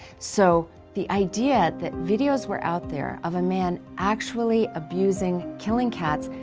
so the idea that videos were out there of a man actually abusing, killing cats,